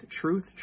truth